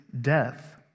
death